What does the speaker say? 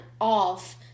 off